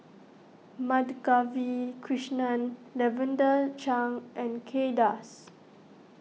Madhavi Krishnan Lavender Chang and Kay Das